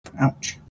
Ouch